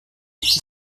iki